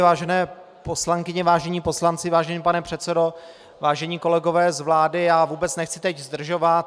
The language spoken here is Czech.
Vážené poslankyně, vážení poslanci, vážený pane předsedo, vážení kolegové z vlády, já teď vůbec nechci zdržovat.